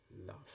love